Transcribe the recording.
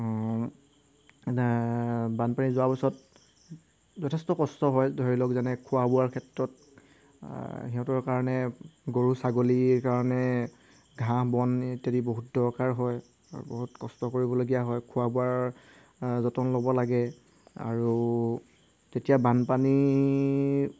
বানপানী যোৱাৰ পিছত যথেষ্ট কষ্ট হয় ধৰি লওক যেনে খোৱা বোৱাৰ ক্ষেত্ৰত সিহঁতৰ কাৰণে গৰু ছাগলীৰ কাৰণে ঘাঁহ বন ইত্যাদি বহুত দৰকাৰ হয় আৰু বহুত কষ্ট কৰিবলগীয়া হয় খোৱা বোৱাৰ যতন ল'ব লাগে আৰু তেতিয়া বানপানী